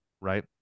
right